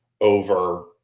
over